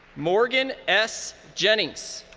morgan s. jennings.